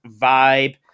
vibe